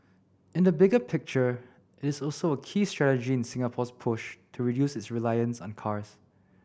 in the bigger picture it is also a key strategy in Singapore's push to reduce its reliance on cars